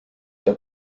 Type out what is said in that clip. der